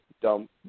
dump